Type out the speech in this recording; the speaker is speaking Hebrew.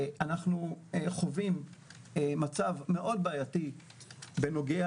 אנחנו חווים מצב מאוד בעייתי בנוגע